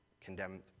condemned